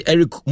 Eric